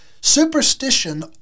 superstition